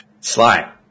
Slide